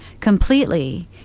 completely